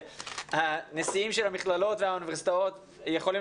הנשיאים של המכללות והאוניברסיטאות יכולים